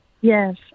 Yes